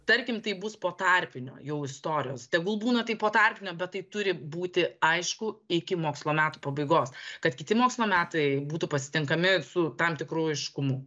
tarkim tai bus po tarpinio jau istorijos tegul būna tai po tarpinio bet tai turi būti aišku iki mokslo metų pabaigos kad kiti mokslo metai būtų pasitinkami su tam tikru aiškumu